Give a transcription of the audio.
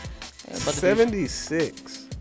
76